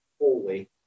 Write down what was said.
holy